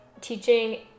teaching